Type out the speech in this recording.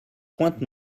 pointe